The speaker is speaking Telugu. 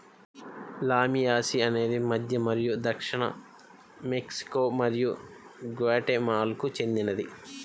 లామియాసి అనేది మధ్య మరియు దక్షిణ మెక్సికో మరియు గ్వాటెమాలాకు చెందినది